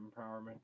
empowerment